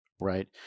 right